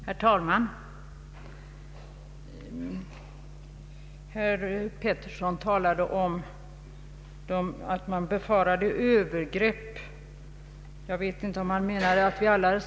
Herr talman! Herr Georg Pettersson sade att vi inom oppositionen befarade övergrepp.